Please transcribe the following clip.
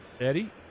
Eddie